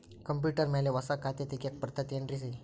Computer ಮ್ಯಾಲೆ ಹೊಸಾ ಖಾತೆ ತಗ್ಯಾಕ್ ಬರತೈತಿ ಏನ್ರಿ?